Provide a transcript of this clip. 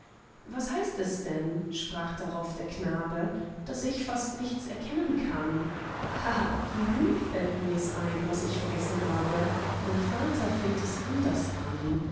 was heißt es denn sprach drauf der knabe daß ich fast nichts erkennen kann ha ha nun fällt mirs ein was ich vergessen habe mein vater fängt es anders an